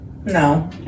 No